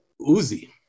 Uzi